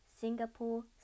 Singapore